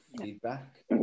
feedback